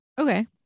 Okay